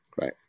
right